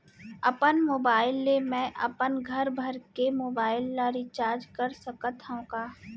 अपन मोबाइल ले मैं अपन घरभर के मोबाइल ला रिचार्ज कर सकत हव का?